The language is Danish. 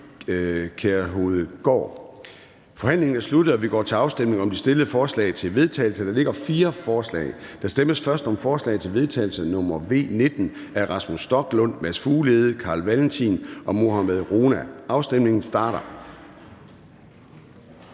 Gade): Forhandlingen er sluttet, og vi går til afstemning om de fremsatte forslag til vedtagelse. Der foreligger fire forslag. Der stemmes først om forslag til vedtagelse nr. V 19 af Rasmus Stoklund (S), Mads Fuglede (V), Carl Valentin (SF) og Mohammad Rona (M). Afstemningen starter.